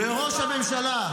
לראש הממשלה.